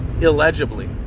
illegibly